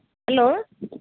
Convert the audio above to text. hello